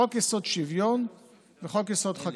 חוק-יסוד: שוויון וחוק-יסוד: חקיקה.